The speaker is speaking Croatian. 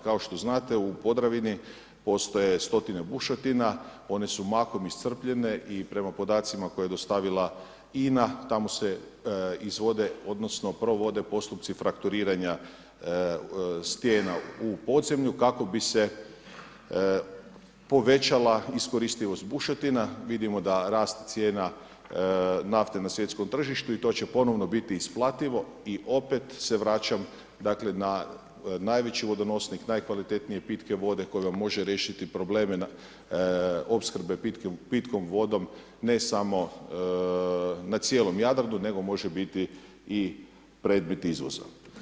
Kao što znate u Podravini postoje stotine bušotina, one su mahom iscrpljene i prema podacima koje je dostavila INA, tamo se izvode odnosno provode postupci frakturiranja stijena u podzemlju kako bi se povećala iskoristivost bušotina, vidimo da rast cijena nafte na svjetskom tržištu, i to će ponovno biti isplativo i opet se vraćam, dakle, na najveći vodonosnik najkvalitetnije pitke vode koji vam može riješiti probleme opskrbe pitkom vodom, ne samo na cijelom Jadranu nego može biti i predmet izvoza.